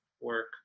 work